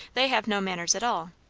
they have no manners at all.